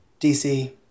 DC